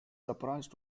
surprised